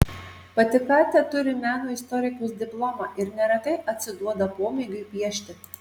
pati katia turi meno istorikės diplomą ir neretai atsiduoda pomėgiui piešti